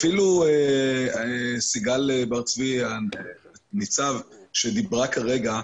אפילו סיגל בר צבי שדיברה כרגע,